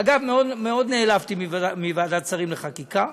אגב, מאוד נעלבתי מוועדת שרים לחקיקה,